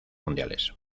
mundiales